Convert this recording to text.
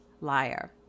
liar